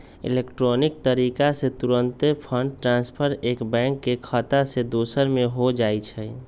electronic तरीका से तूरंते फंड ट्रांसफर एक बैंक के खता से दोसर में हो जाइ छइ